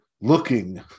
Looking